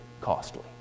costly